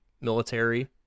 military